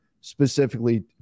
specifically